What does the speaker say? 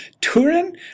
Turin